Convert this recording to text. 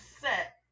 set